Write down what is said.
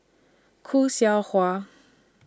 Khoo Seow Hwa